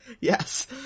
Yes